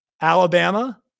Alabama